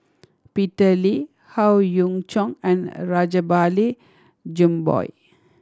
Peter Lee Howe Yoon Chong and Rajabali Jumabhoy